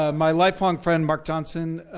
um my life-long friend mark johnson